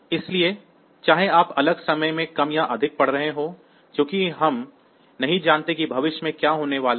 इसलिए चाहे आप अगले समय में कम या अधिक पढ़ रहे हों चूंकि हम नहीं जानते कि भविष्य में क्या होने वाला है